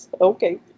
okay